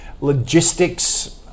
logistics